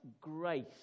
grace